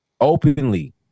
openly